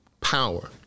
power